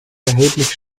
erheblich